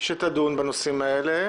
שתדון בנושאים האלה,